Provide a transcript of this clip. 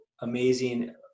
amazing